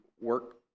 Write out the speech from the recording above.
work